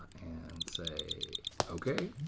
and say ok.